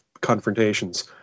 confrontations